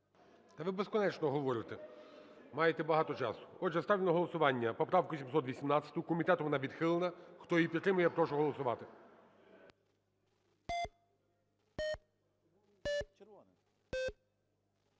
ви безкінечно говорите, маєте багато часу. Отже, ставлю на голосування поправку 718, комітетом вона відхилена. Хто її підтримує, прошу голосувати.